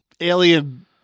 alien